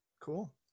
Cool